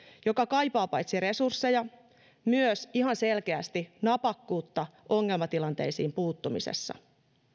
joka kaipaa paitsi resursseja myös ihan selkeästi napakkuutta ongelmatilanteisiin puuttumisessa